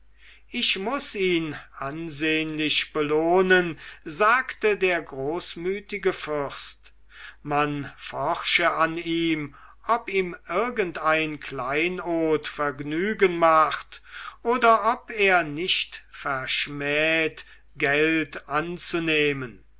ich muß ihn ansehnlich belohnen sagte der großmütige fürst man forsche an ihm ob ihm irgendein kleinod vergnügen macht oder ob er nicht verschmäht geld anzunehmen